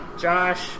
Josh